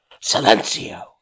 Silencio